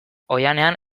oihanean